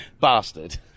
bastard